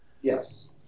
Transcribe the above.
Yes